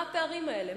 מה הפערים האלה?